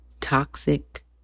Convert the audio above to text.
Toxic